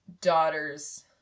daughters